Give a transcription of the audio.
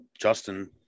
Justin